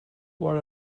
what